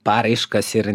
paraiškas ir